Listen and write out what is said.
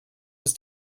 ist